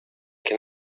can